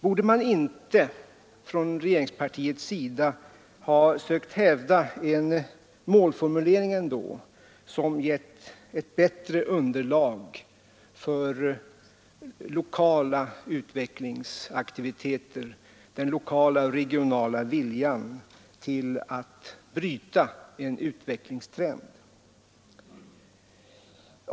Borde inte regeringspartiet ändå ha sökt hävda en målformulering, som givit ett bättre underlag för den lokala och regionala viljan till att bryta en utvecklingstrend?